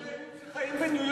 יש המון ישראלים שחיים בניו-יורק,